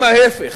וגם ההיפך.